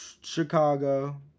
Chicago